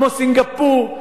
כמו סינגפור,